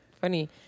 funny